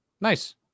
nice